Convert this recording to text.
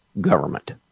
government